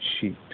sheet